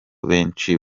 benshi